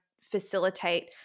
facilitate